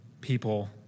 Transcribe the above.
people